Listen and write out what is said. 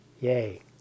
yay